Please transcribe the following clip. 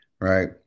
right